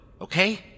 Okay